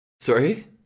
Sorry